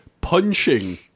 punching